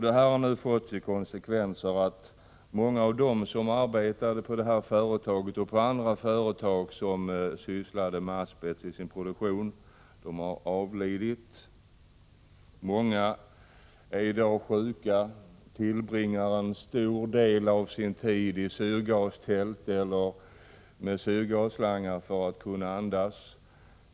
Detta har nu fått till konsekvens att många av dem som arbetat på detta företag och på många andra företag som sysslade med asbest i sin produktion har avlidit. Många är i dag sjuka och tillbringar en stor del av sin tid i syrgastält eller med syrgasslangar för att kunna andas.